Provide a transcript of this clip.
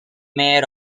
mayor